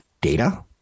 data